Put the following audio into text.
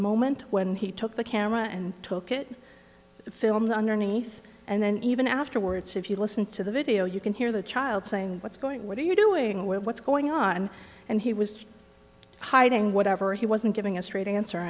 moment when he took the camera and took it filmed underneath and then even afterwards if you listen to the video you can hear the child saying what's going what are you doing with what's going on and he was hiding whatever he wasn't giving a straight answer